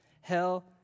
Hell